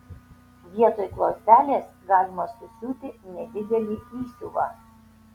vietoj klostelės galima susiūti nedidelį įsiuvą